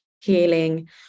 healing